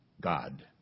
God